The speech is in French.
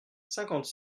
cinquante